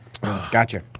Gotcha